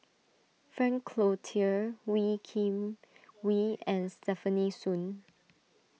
Frank Cloutier Wee Kim Wee and Stefanie Sun